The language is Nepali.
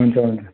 हुन्छ हुन्छ